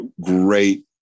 great